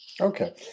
Okay